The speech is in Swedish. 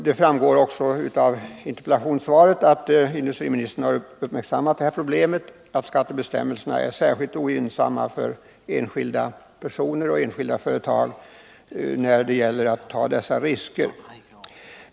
Det framgår också av interpellationssvaret att industriministern har uppmärksammat detta problem — att skattebestämmelserna är särskilt ogynnsamma för enskilda personer och enskilda företag när det gäller denna risktagning.